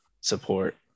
support